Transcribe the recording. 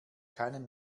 keinen